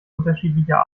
unterschiedlicher